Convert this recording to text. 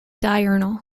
diurnal